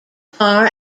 far